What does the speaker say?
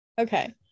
Okay